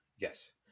Yes